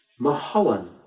Mahalan